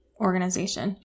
organization